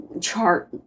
chart